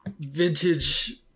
vintage